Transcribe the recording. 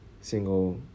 single